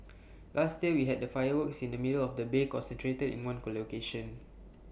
last year we had the fireworks in the middle of the bay concentrated in one location